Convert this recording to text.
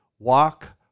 Walk